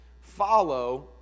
Follow